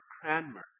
Cranmer